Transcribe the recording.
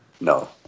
No